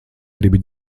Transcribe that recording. gribi